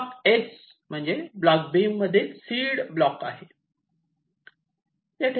block S म्हणजे block B मधील seed block आहे